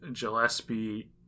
gillespie